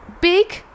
big